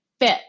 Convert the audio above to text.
Fit